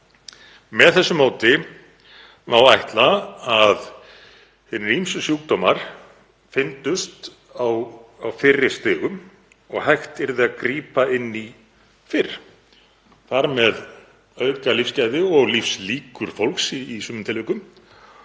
Með þessu móti má ætla að hinir ýmsu sjúkdómar fyndust á fyrri stigum og hægt yrði að grípa inn í fyrr, þar með auka lífsgæði og lífslíkur fólks í sumum tilvikum